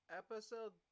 episode